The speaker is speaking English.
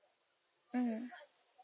mmhmm